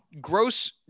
Gross